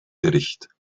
bericht